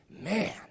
Man